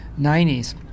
90s